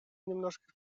немножко